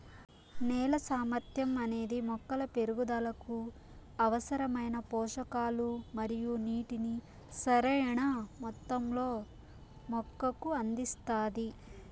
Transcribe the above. నేల సామర్థ్యం అనేది మొక్కల పెరుగుదలకు అవసరమైన పోషకాలు మరియు నీటిని సరైణ మొత్తంలో మొక్కకు అందిస్తాది